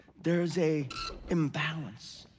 there is a imbalance.